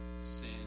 sin